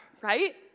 right